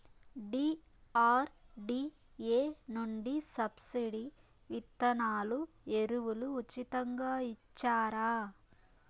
DRDA నుండి subsidy విత్తనాలు ఎరువులు ఉచితంగా ఇచ్చారా?